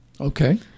Okay